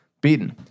beaten